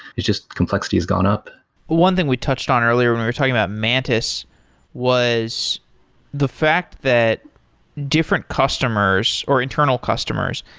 it's just complexity has gone up one thing we touched on earlier when we were talking about mantis was the fact that different customers, or internal customers,